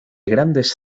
grandes